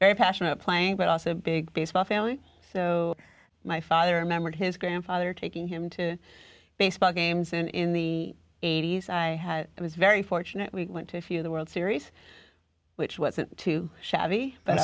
very passionate playing but also a big baseball family so my father remembered his grandfather taking him to baseball games and in the eighty's i was very fortunate we went to a few of the world series which wasn't too shabby but